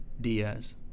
Diaz